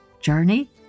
Journey